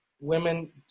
women